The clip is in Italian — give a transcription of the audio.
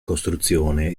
costruzione